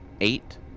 Eight